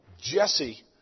Jesse